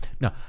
No